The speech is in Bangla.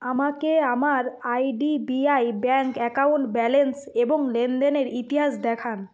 আমাকে আমার আইডিবিআই ব্যাঙ্ক অ্যাকাউন্ট ব্যালেন্স এবং লেনদেনের ইতিহাস দেখান